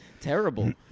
terrible